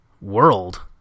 world